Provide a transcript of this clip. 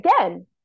again